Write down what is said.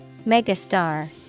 Megastar